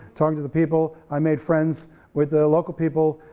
talking to the people, i made friends with the local people,